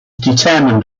determined